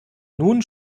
nun